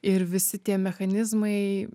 ir visi tie mechanizmai